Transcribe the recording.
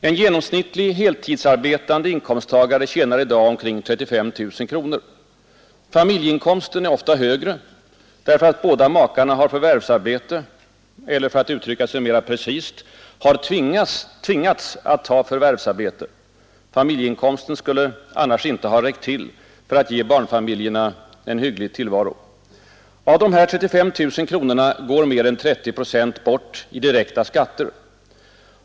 En genomsnittlig heltidsarbetande inkomsttagare tjänar i dag omkring 35 000 kronor. Familjeinkomsten är ofta högre, därför att båda makarna har förvärvsarbete eller — för att uttrycka sig mera precist — har tvingats att ta förvärvsarbete. Familjeinkomsten skulle annars inte ha räckt till för att ge barnfamiljerna en hygglig tillvaro. Av dessa 35 000 kronor går mer än 30 procent bort i direkta skatter.